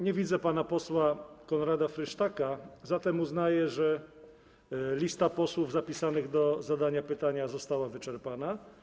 Nie widzę pana posła Konrada Frysztaka, zatem uznaję, że lista posłów zapisanych do zadania pytania została wyczerpana.